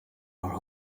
are